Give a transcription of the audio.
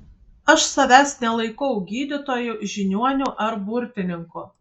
aš savęs nelaikau gydytoju žiniuoniu ar burtininku